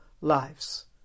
lives